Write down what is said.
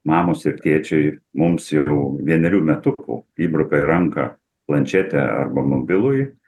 mamos ir tėčiai mums jau vienerių metukų įbruka į ranką planšetę arba mobilųjį